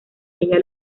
ella